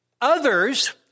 Others